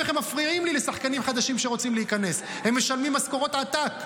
שישקפו את זה לציבור.